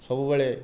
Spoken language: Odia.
ସବୁବେଳେ